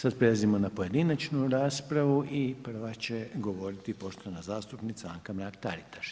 Sada prelazimo na pojedinačnu raspravu i prva će govoriti poštovana zastupnica Anka Mrak-Taritaš.